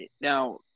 now